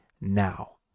now